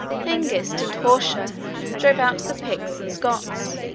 hengist and horsa drove out the picts and scots